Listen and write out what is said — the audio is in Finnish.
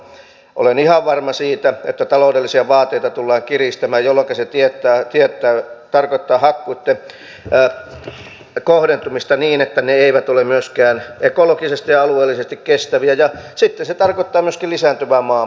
olen ihan varma siitä että taloudellisia vaateita tullaan kiristämään jolloinka se tarkoittaa hakkuitten kohdentumista niin että ne eivät ole myöskään ekologisesti ja alueellisesti kestäviä ja sitten se tarkoittaa myöskin lisääntyvää maan myyntiä